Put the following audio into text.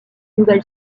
nouvelle